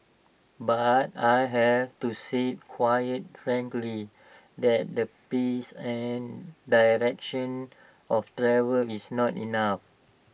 but I have to say quite frankly that the pace and direction of travel is not enough